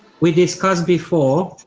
we discussed before,